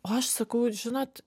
o aš sakau žinot